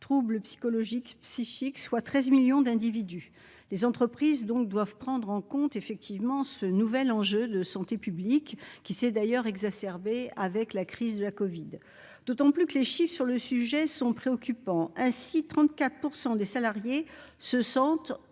trouble psychologique, psychique, soit 13 millions d'individus des entreprises donc doivent prendre en compte effectivement ce nouvel enjeu de santé publique qui s'est d'ailleurs exacerbée avec la crise de la Covid d'autant plus que les chiffre sur le sujet sont préoccupants ainsi 34 % des salariés se sentent